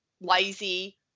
lazy